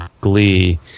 glee